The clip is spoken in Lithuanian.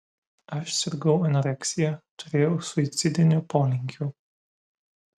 aš sirgau anoreksija turėjau suicidinių polinkių